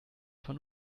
von